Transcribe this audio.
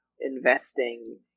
investing